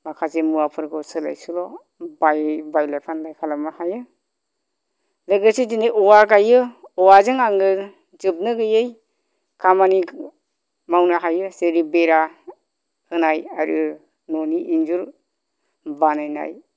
माखासे मुवाफोरखौ सोलाय सोल' बायो बायलाय फानलाय खालामनो हायो लोगोसे दिनै औवा गायो औवाजों आङो जोबनो गैयै खामानि मावनो हायो जेरै बेरा होनाय आरो न'नि इन्जुर बानायनाय